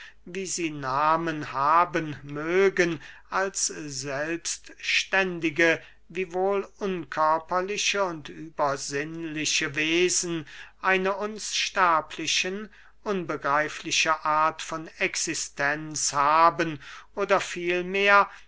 wie sie nahmen haben mögen als selbstständige wiewohl unkörperliche und übersinnliche wesen eine uns sterblichen unbegreifliche art von existenz haben oder